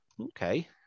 Okay